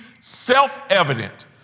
self-evident